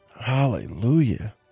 Hallelujah